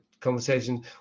conversation